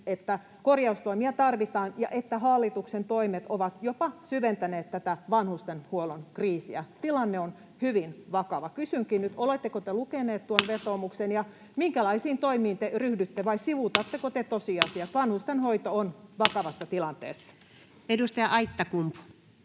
että korjaustoimia tarvitaan ja että hallituksen toimet ovat jopa syventäneet tätä vanhustenhuollon kriisiä. Tilanne on hyvin vakava. Kysynkin nyt: oletteko te lukenut tuon vetoomuksen, ja minkälaisiin toimiin te ryhdytte, vai sivuutatteko te tosiasiat? Vanhustenhoito on vakavassa tilanteessa. Edustaja Aittakumpu.